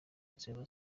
inzego